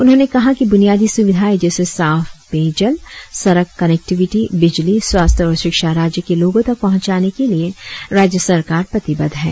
उन्होंने कहा की बुनियादी सुविधाए जैसे साफ पेय जल सड़क कनेक्टिविटी बिजली स्वास्थ्य और शिक्षा राज्य के लोगो तक पहुचाने के लिए राज्य सरकार प्रतिबद्ध है